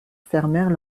fermèrent